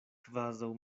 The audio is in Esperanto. kvazaŭ